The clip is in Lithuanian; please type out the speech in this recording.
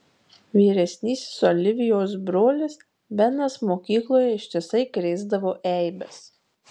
vyresnysis olivijos brolis benas mokykloje ištisai krėsdavo eibes